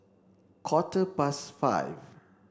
quarter past five